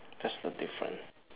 that's the difference